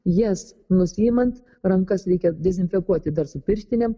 jas nusiimant rankas reikia dezinfekuoti dar su pirštinėm